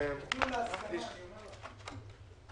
יקראו את סעיף 174(ב)